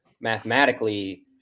mathematically